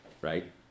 right